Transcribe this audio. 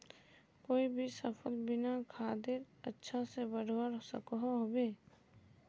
कोई भी सफल बिना खादेर अच्छा से बढ़वार सकोहो होबे?